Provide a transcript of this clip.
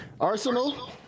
arsenal